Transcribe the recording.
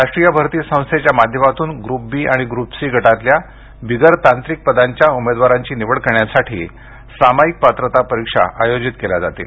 राष्ट्रीय भरती संस्थेच्या माध्यमातून ग्रूप बी आणि ग्रूप सी गटातल्या बिगर तांत्रिक पदांच्या उमेदवारांची निवड करण्यासाठी सामायिक पात्रता परीक्षा आयोजित केल्या जातील